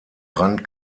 rand